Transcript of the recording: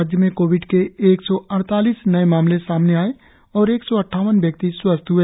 राज्य में कोविड के एक सौ अड़तालीस नए मामले सामने आए और एक सौ अद्वावन व्यक्ति स्वस्थ हए